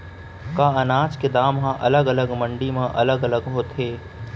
का अनाज के दाम हा अलग अलग मंडी म अलग अलग होथे?